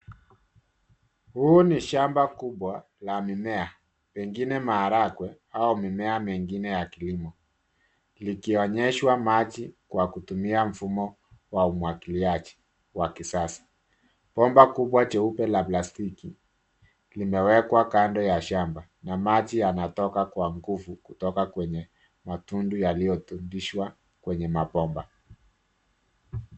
Huu ni shamba kubwa la mimea pengine maharagwe au mimea mengine ya kilimo likionyeshwa maji kwa kutumia mfumo wa umwagiliaji wa kisasa, bomba kubwa jeupe la plastiki limewekwa kando ya shamba na maji yanatoka kwa nguvu kutoka kwenye matundu yaliyo tundishwa kwenye mabomba.